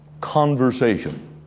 conversation